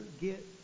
get